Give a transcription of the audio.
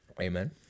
amen